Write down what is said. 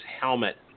helmet